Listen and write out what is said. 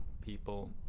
people